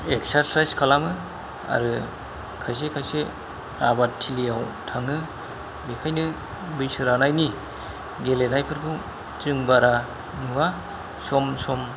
exercise खालामो आरो खायसे खायसे आबाद थिलियाव थाङो बेखायनो बैसो रानायनि गेलेनायफोरखौ जों बारा नुवा सम सम